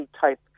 type